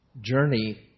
journey